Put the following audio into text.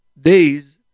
days